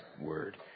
word